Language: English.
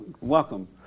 Welcome